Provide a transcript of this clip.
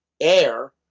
air